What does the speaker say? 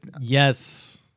Yes